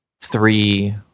three